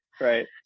right